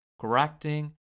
correcting